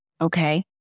Okay